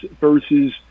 versus